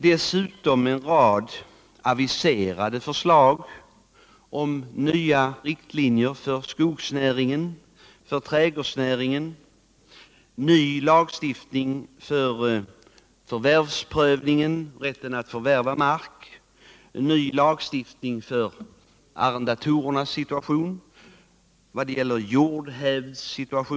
Dessutom har aviserats en rad förslag om nya riktlinjer för skogsnäringen och för trädgårdsnäringen, ny lagstiftning om prövning av rätten att förvärva mark och ny lagstiftning om arrendatorernas situation, Förslag till ny jordhävdslag.